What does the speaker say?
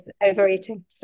overeating